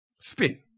spin